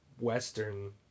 western